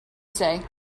say